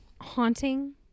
haunting